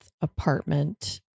apartment